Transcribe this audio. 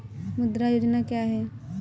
मुद्रा योजना क्या है?